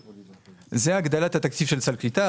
זה הגדלת התקציב של סל קליטה.